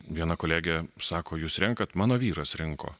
viena kolegė sako jūs renkate mano vyras rinko